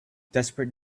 desperate